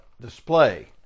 display